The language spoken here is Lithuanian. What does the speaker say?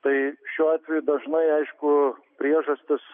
tai šiuo atveju dažnai aišku priežastis